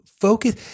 focus